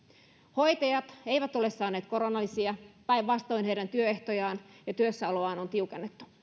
hoitajat eivät ole saaneet koronalisiä päinvastoin heidän työehtojaan ja työssäoloaan on tiukennettu